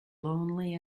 lonely